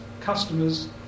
customers